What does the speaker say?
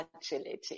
agility